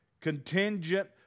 contingent